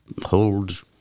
hold